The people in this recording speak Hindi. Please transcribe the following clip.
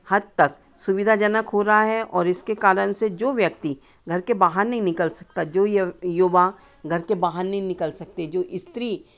हद तक सुविधाजनक हो रहा है और इसके कारण से जो व्यक्ति घर के बाहर नहीं निकल सकता जो युवा घर के बाहर नहीं निकल सकते जो स्त्री